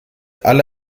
alle